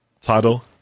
title